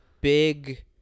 big